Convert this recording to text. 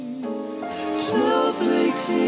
Snowflakes